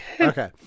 Okay